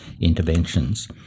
interventions